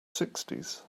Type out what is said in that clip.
sixties